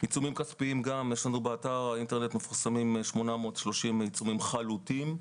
עיצומים כספיים באתר האינטרנט שלנו מפורסמים 830 עיצומים חלוטים,